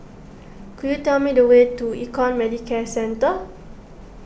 could you tell me the way to Econ Medicare Centre